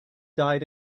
died